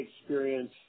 experience